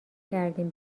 کردین